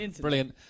Brilliant